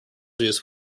juice